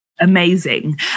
Amazing